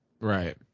right